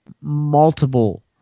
multiple